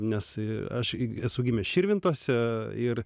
nes aš esu gimęs širvintose ir